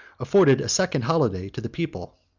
afforded a second holiday to the people.